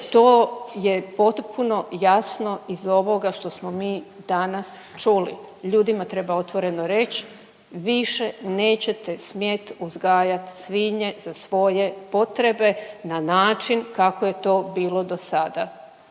to je potpuno jasno iz ovoga što smo mi danas čuli. Ljudima treba otvoreno reći više nećete smjeti uzgajati svinje za svoje potrebe na način na koji je to bilo do sada.